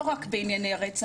לא רק בענייני רצח,